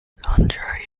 contrary